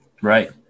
Right